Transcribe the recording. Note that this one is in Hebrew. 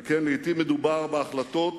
וכן, לעתים מדובר בהחלטות